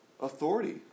authority